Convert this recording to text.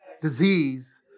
disease